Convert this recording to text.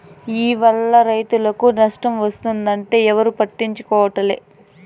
ఈల్ల వల్ల రైతులకు నష్టం వస్తుంటే ఎవరూ పట్టించుకోవట్లే